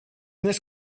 this